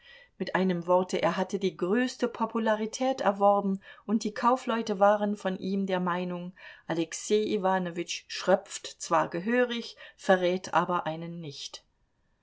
mit einem worte er hatte die größte popularität erworben und die kaufleute waren von ihm der meinung alexej iwanowitsch schröpft zwar gehörig verrät aber einen nicht